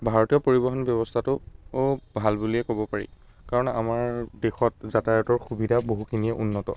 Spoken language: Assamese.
ভাৰতীয় পৰিবহন ব্যৱস্থাটো ভাল বুলিয়েই ক'ব পাৰি কাৰণ আমাৰ দেশত যাতায়তৰ সুবিধা বহুখিনিয়ে উন্নত